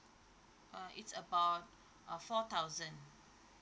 uh it's about uh four thousand